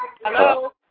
Hello